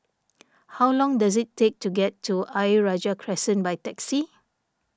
how long does it take to get to Ayer Rajah Crescent by taxi